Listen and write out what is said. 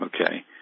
Okay